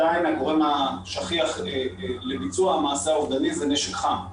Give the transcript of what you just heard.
הגורם השכיח לביצוע המעשה האובדני זה נשק חם.